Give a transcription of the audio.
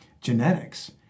genetics